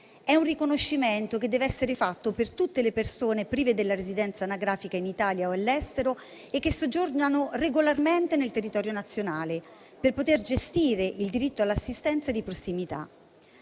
di un riconoscimento per tutte le persone prive della residenza anagrafica in Italia o all'estero e che soggiornano regolarmente nel territorio nazionale per poter gestire il diritto all'assistenza di prossimità.